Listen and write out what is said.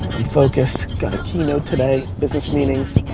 focused. got a keynote today, business meetings.